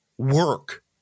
work